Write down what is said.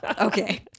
Okay